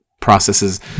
processes